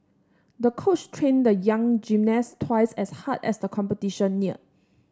the coach trained the young gymnast twice as hard as the competition neared